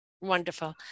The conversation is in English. Wonderful